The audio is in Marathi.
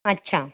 अच्छा